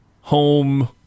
home